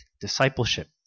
discipleship